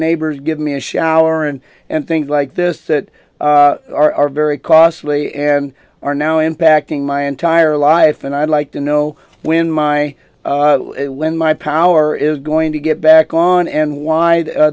neighbors give me a shower and and things like this that are very costly and are now impacting my entire life and i'd like to know when my when my power is going to get back on and w